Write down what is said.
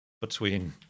between-